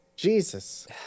Jesus